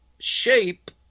shape